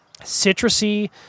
citrusy